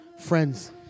friends